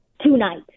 tonight